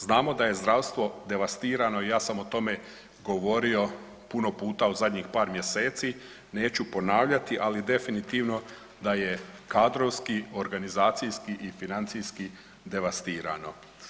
Znamo da je zdravstvo devastirano i ja sam o tome govorio puno puta u zadnjih par mjeseci, neću ponavljati, ali definitivno da je kadrovski, organizacijski i financijski devastirano.